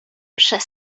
przez